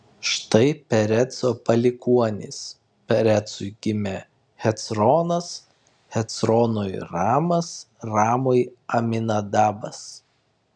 štai pereco palikuonys perecui gimė hecronas hecronui ramas ramui aminadabas